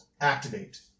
activate